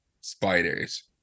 spiders